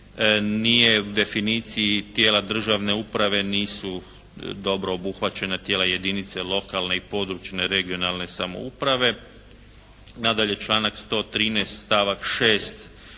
nije u definiciji tijela državne uprave nisu dobro obuhvaćena tijela jedinica lokalne i područne (regionalne) samouprave. Nadalje članak 113. stavak 6.